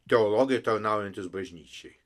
teologai tarnaujantys bažnyčiai